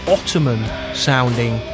Ottoman-sounding